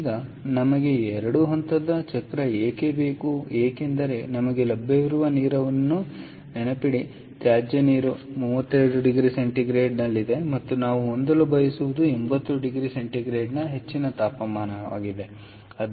ಈಗ ನಮಗೆ 2 ಹಂತದ ಚಕ್ರ ಏಕೆ ಬೇಕು ಏಕೆಂದರೆ ನಮಗೆ ಲಭ್ಯವಿರುವ ನೀರನ್ನು ನೆನಪಿಡಿ ತ್ಯಾಜ್ಯನೀರು 32ಡಿಗ್ರಿC ಯಲ್ಲಿದೆ ಮತ್ತು ನಾವು ಹೊಂದಲು ಬಯಸುವುದು 80oC ಗಿಂತ ಹೆಚ್ಚಿನ ತಾಪಮಾನವಾಗಿದೆ